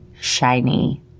shiny